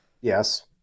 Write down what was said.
Yes